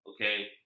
Okay